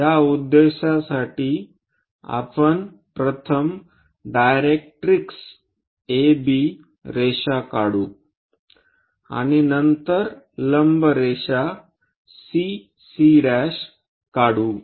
या उद्देशासाठी आपण प्रथम डायरेक्ट्रिक्स AB रेषा काढू आणि नंतर लंब रेखा CC' काढू